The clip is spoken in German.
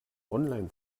online